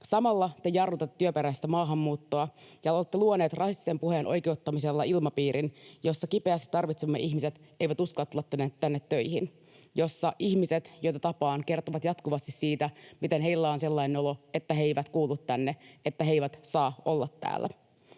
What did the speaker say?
Samalla te jarrutatte työperäistä maahanmuuttoa ja olette luoneet rasistisen puheen oikeuttamisella ilmapiirin, jossa kipeästi tarvitsemamme ihmiset eivät uskalla tulla tänne töihin, jossa ihmiset, joita tapaan, kertovat jatkuvasti siitä, miten heillä on sellainen olo, että he eivät kuulu tänne, että he eivät saa olla täällä.